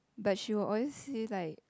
but she will always say like